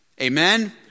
Amen